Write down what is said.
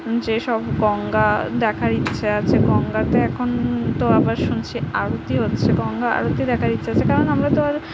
যে সব গঙ্গা দেখার ইচ্ছা আছে গঙ্গাতে এখন তো আবার শুনছি আরতি হচ্ছে গঙ্গা আরতি দেখার ইচ্ছা আছে কারণ আমরা তো আর